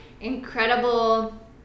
incredible